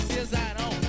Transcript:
Cesarão